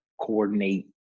coordinate